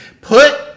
Put